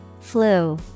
Flu